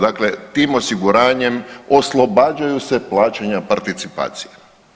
Dakle, tim osiguranjem oslobađaju se plaćanja participacije.